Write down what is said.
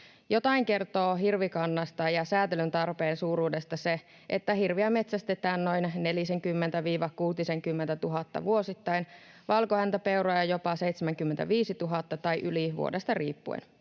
Jotain kertoo hirvikannasta ja säätelyn tarpeen suuruudesta se, että hirviä metsästetään noin nelisenkymmentätuhatta—kuutisenkymmentätuhatta vuosittain, valkohäntäpeuroja jopa 75 000 tai yli vuodesta riippuen.